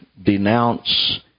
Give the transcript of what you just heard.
denounce